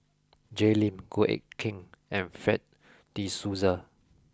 Jay Lim Goh Eck Kheng and Fred de Souza